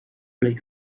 play